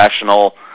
professional